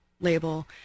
label